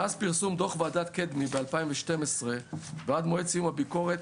מאז פרסום דוח ועדת קדמי ב-2012 ועד מועד סיום הביקורת,